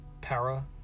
Para